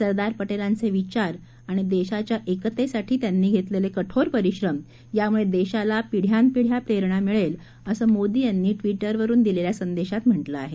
सरदार पटेलांचे विचार आणि देशाच्या एकतेसाठी त्यांनी घेतलेले कठोर परिश्रम यामुळे देशाला पिढ्यानपिढ्या प्ररेणा मिळेल असं मोदी यांनी ट्विटरवरुन दिलेल्या संदेशात म्हटलं आहे